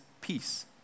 peace